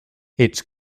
its